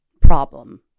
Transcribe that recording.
problem